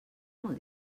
molt